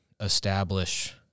establish